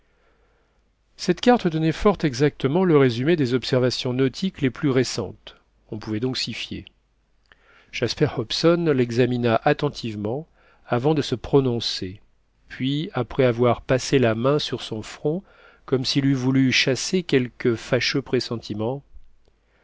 cette carte donnait fort exactement le résumé des observations nautiques les plus récentes on pouvait donc s'y fier jasper hobson l'examina attentivement avant de se prononcer puis après avoir passé la main sur son front comme s'il eût voulu chasser quelque fâcheux pressentiment